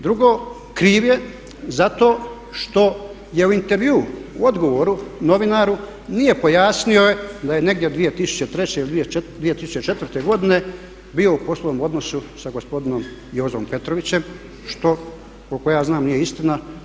Drugo, kriv je zato što je u intervjuu, u odgovoru novinaru nije pojasnio da je negdje 2003. ili 2004. godine bio u poslovnom odnosu sa gospodinom Jozom Petrovićem što koliko ja znam nije istina.